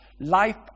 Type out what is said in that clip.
life